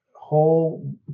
whole